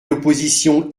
l’opposition